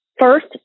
First